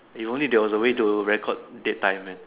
if only there was a way to record dead time man